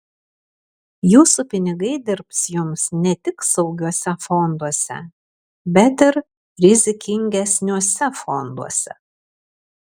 jūsų pinigai dirbs jums ne tik saugiuose fonduose bet ir rizikingesniuose fonduose